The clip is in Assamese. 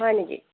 হয় নেকি